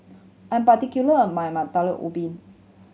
I'm particular my ubi